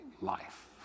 life